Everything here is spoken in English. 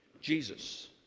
Jesus